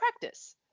practice